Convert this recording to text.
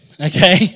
Okay